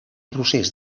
procés